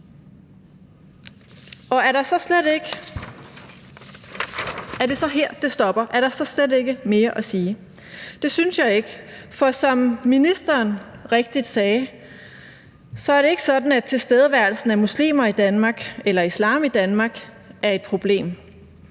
Er det så her, det stopper? Er der så slet ikke mere at sige? Det synes jeg ikke, for som ministeren rigtigt sagde, er det ikke sådan, at tilstedeværelsen af muslimer i Danmark eller islam i Danmark er et problem.